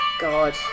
God